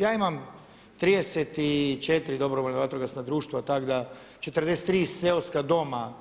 Ja imam 34 dobrovoljna vatrogasna društva tako da 34 seoska doma